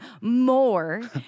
more